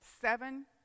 Seven